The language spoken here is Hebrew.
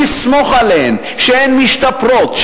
לסמוך עליהן שהן משתפרות,